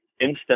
instant